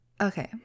Okay